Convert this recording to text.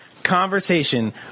conversation